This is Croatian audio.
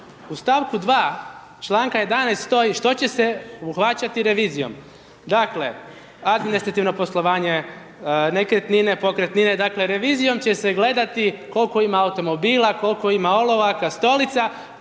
U stavku 2. članka 11. stoji što će se obuhvaćati revizijom. Dakle administrativno poslovanje, nekretnine, pokretnine, dakle revizijom će se gledati koliko ima automobila, koliko ima olovaka, stolica